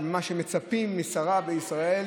מה שמצפים משרה בישראל,